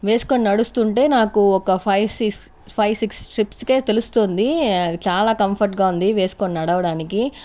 వేసుకుని నడుస్తుంటే నాకు ఒక ఫైవ్ సిక్స్ ఫైవ్ సిక్స్ స్టెప్స్కే తెలుస్తోంది చాలా కంఫర్ట్గా ఉంది వేసుకొని నడవడానికి